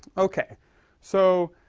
okay so